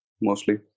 mostly